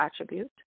attribute